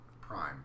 Prime